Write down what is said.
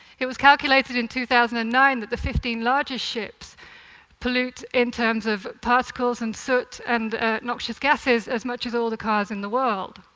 it was calculated in two thousand and nine that the fifteen largest ships pollute in terms of particles and soot and noxious gases as much as all the cars in the world.